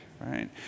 right